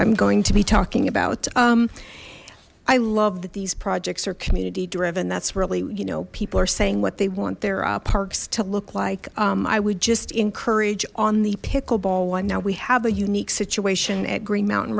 i'm going to be talking about i love that these projects are community driven that's really you know people are saying what they want their parks to look like i would just encourage on the pickleball one now we have a unique situation at green mountain